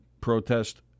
protest